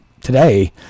Today